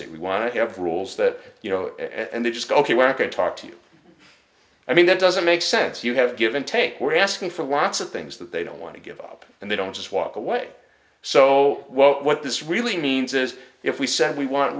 y we want to have rules that you know and they just go ok we're going to talk to you i mean that doesn't make sense you have give and take we're asking for lots of things that they don't want to give up and they don't just walk away so what this really means is if we said we want